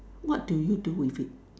what do you do with it